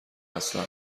هستم